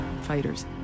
Fighters